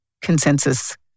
consensus